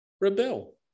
rebel